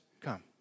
come